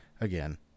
again